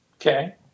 Okay